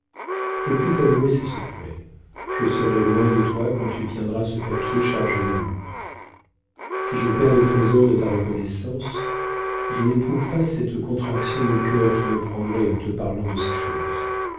je puis t'avouer ces secrets je serai loin de toi quand tu tiendras ce papier chargé d'amour si je perds les trésors de ta reconnaissance je n'éprouve pas cette contraction au cœur qui me prendrait en te parlant de ces choses